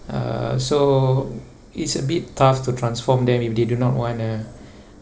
uh so it's a bit tough to transform them if they do not wanna